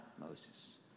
Moses